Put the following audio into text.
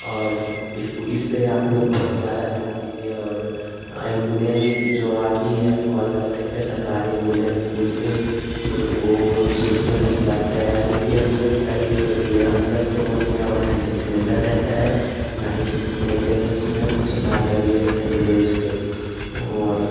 और इसको इसपर आप लोग बहुत ज़्यादा ध्यान दीजिए और एम्बुलेन्स जो आती है कॉल करने पर सरकारी एम्बुलेन्स उसपर वह उसमें भी सुधार किया जाए क्योंकि एम्बुलेन्स सही नहीं होती है अन्दर से न उसमें ऑक्सीजन सिलेन्डर रहता है न ही मेन्टेनेन्स में सुधार करिए एम्बुलेन्स के और